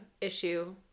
issue